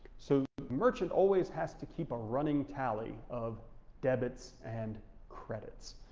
so the merchant always has to keep a running tally of debits and credits.